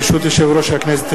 ברשות יושב-ראש הכנסת,